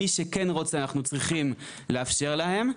מי שכן רוצה אנחנו צריכים לאפשר להם,